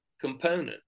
component